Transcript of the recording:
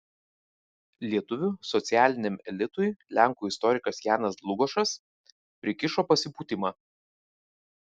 lietuvių socialiniam elitui lenkų istorikas janas dlugošas prikišo pasipūtimą